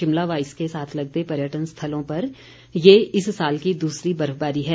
शिमला व इसके साथ लगते पर्यटन स्थलों पर ये इस साल की दूसरी बर्फबारी है